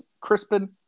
Crispin